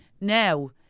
now